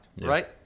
right